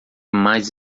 mais